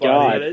God